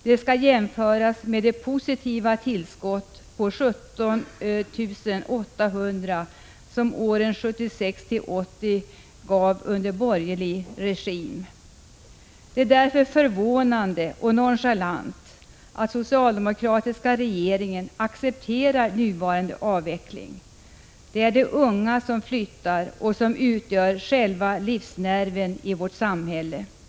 Det skall jämföras med det positiva tillskott på 17 800 som åren 1976-1980 under borgerlig regim gav. Det är därför förvånande och nonchalant att den socialdemokratiska regeringen accepterar nuvarande avveckling. Det är de unga, som utgör själva livsnerven i vårt samhälle, som flyttar.